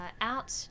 out